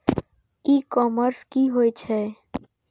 ई commerce की होए छै?